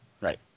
Right